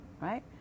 right